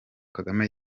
kagame